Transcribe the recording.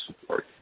support